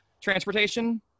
transportation